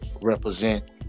represent